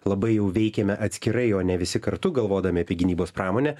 labai jau veikiame atskirai o ne visi kartu galvodami apie gynybos pramonę